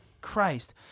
Christ